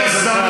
כתב?